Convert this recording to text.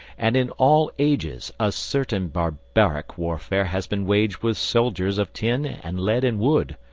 and in all ages a certain barbaric warfare has been waged with soldiers of tin and lead and wood,